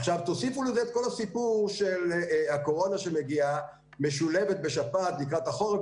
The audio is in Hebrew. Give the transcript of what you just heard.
עכשיו תוסיפו לזה את כל הסיפור של הקורונה שמגיעה משולבת בשפעת בחורף,